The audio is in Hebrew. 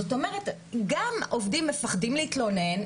זאת אומרת גם עובדים מפחדים להתלונן,